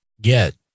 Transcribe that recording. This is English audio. get